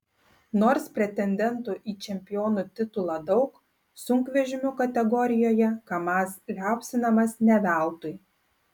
nors pretendentų į čempionų titulą daug sunkvežimių kategorijoje kamaz liaupsinamas ne veltui